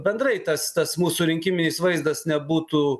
bendrai tas tas mūsų rinkiminis vaizdas nebūtų